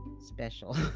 special